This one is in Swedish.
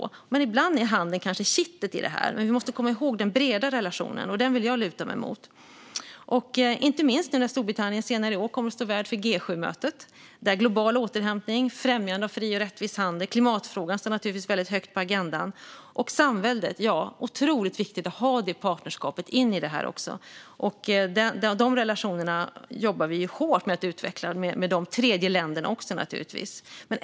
Ibland är handeln kanske kittet i detta, men vi måste komma ihåg den breda relationen, och den vill jag luta mig mot, inte minst när Storbritannien senare i år kommer att står värd för G7-mötet, där global återhämtning, främjande av fri och rättvis handel och klimatfrågan står väldigt högt på agendan. Partnerskap med Samväldet är också otroligt viktigt att ha med in i detta. De relationerna jobbar vi ju hårt med att utveckla, också med tredjeländerna, naturligtvis.